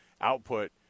output